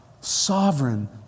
Sovereign